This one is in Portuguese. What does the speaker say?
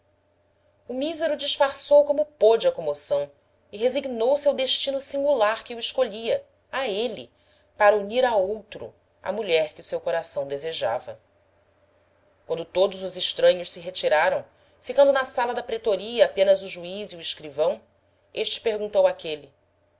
o mísero disfarçou como pôde a comoção e resignou-se ao destino singular que o escolhia a ele para unir a outro à mulher que o seu coração desejava quando todos os estranhos se retiraram ficando na sala da pretoria apenas o juiz e o escrivão este perguntou àquele